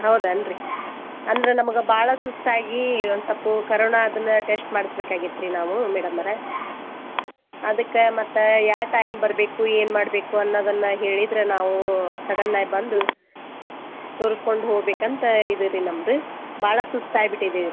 ಹೌದೇನ್ರೀ ಅಂದ್ರೆ ನಮಗೆ ಭಾಳ ಸುಸ್ತಾಗಿ ಒಂದು ಸ್ವಲ್ಪ ಕರೋಣ ಅದನ್ನ ಟೆಸ್ಟ್ ಮಾಡಿಸ್ಬೇಕಾಗಿತ್ತು ರೀ ನಾವು ಮೇಡಮ್ಮಾರೆ ಅದಕ್ಕೆ ಮತ್ತೆ ಯಾವ ಟೈಮ್ ಬರಬೇಕು ಏನು ಮಾಡಬೇಕು ಅನ್ನೋದನ್ನು ಹೇಳಿದರೆ ನಾವು ಸಡನ್ನಾಗ್ ಬಂದು ತೋರುಸ್ಕೊಂಡು ಹೋಗಬೇಕಂತ ಇದೇರೀ ನಮ್ಮದು ಭಾಳ ಸುಸ್ತು ಆಗ್ಬಿಟ್ಟಿದೇ ರೀ